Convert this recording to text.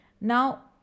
now